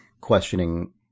questioning